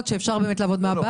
מקצועות שאפשר באמת לעבוד מהבית,